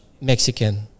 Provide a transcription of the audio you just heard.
Mexican